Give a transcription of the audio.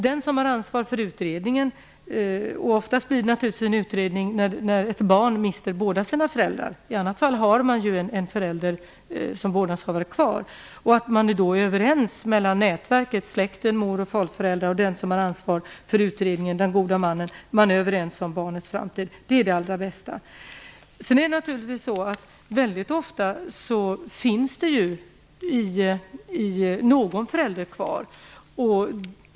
Det blir naturligtvis oftast en utredning när ett barn mister båda sina föräldrar, i annat fall har barnet kvar en förälder som är vårdnadshavare. Det bästa är om nätverket - släkten med mor och farföräldrar - och den som har ansvar för utredningen - den gode mannen - är överens om barnets framtid. Mycket ofta finns någon förälder kvar.